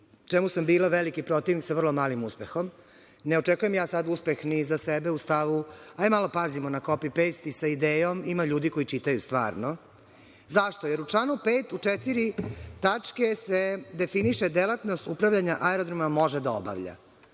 čemu sam bila veliki protivnik, sa vrlo malim uspehom. Ne očekujem ja sada uspeh ni za sebe u stavu – hajde malo da pazimo na kopi-pejst i sa idejom, ima ljudi koji čitaju stvarno. Zašto? Jer u članu 5. u četiri tačke se definiše delatnosti upravljanja aerodromom može da obavlja.